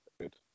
good